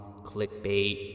clickbait